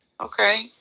Okay